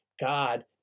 God